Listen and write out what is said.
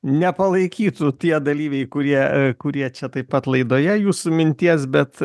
nepalaikytų tie dalyviai kurie kurie čia taip pat laidoje jūsų minties bet